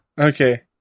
Okay